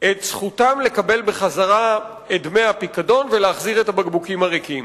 את זכותם לקבל בחזרה את דמי הפיקדון ולהחזיר את הבקבוקים הריקים.